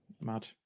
mad